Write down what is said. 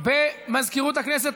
עוברים,